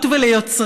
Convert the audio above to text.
חבר הכנסת חזן, שקט.